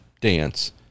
dance